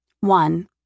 One